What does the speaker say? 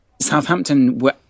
Southampton